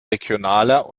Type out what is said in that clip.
regionaler